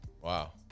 Wow